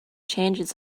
changes